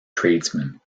tradesmen